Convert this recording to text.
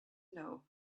know